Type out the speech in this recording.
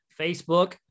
Facebook